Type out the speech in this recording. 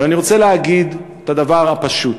ואני רוצה להגיד את הדבר הפשוט: